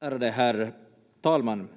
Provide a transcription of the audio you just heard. Ärade herr talman!